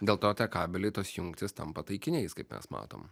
dėl to tie kabeliai tos jungtys tampa taikiniais kaip mes matom